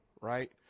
right